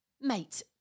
Mate